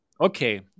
okay